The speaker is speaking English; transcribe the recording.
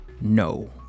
No